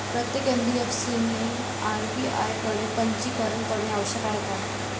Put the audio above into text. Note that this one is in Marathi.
प्रत्येक एन.बी.एफ.सी ने आर.बी.आय कडे पंजीकरण करणे आवश्यक आहे का?